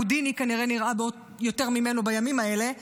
הודיני כנראה נראה יותר ממנו בימים האלה,